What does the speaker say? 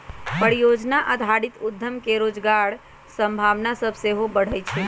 परिजोजना आधारित उद्यम से रोजगार के संभावना सभ सेहो बढ़इ छइ